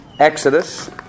Exodus